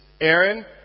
Aaron